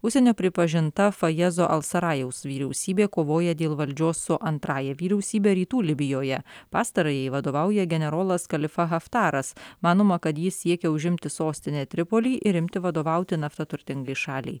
užsienio pripažinta fajezo al sarajaus vyriausybė kovoja dėl valdžios su antrąja vyriausybe rytų libijoje pastarajai vadovauja generolas kalifa haftaras manoma kad jis siekia užimti sostinę tripolį ir imti vadovauti nafta turtingai šaliai